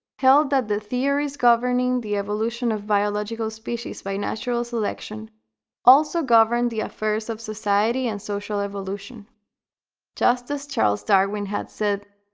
held that the theories governing the evolution of biological species by natural selection also govern the affairs of society and social evolution just as charles darwin had said,